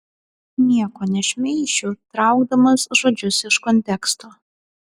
nieko nešmeišiu traukdamas žodžius iš konteksto